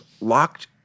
locked